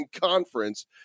Conference